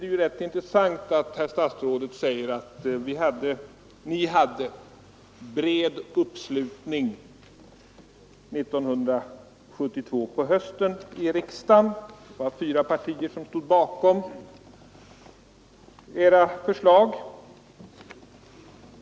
Det är intressant att herr statsrådet säger att ni hade bred uppslutning i riksdagen på hösten 1972; det var då fyra partier som stod bakom era förslag.